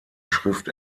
schrift